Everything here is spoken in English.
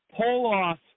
pull-off